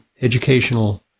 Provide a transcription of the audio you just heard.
Educational